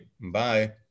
Bye